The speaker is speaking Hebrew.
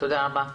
תודה רבה.